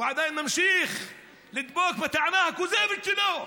הוא עדיין ממשיך לדבוק בטענה הכוזבת שלו.